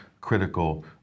critical